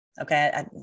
Okay